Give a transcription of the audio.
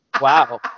Wow